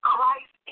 Christ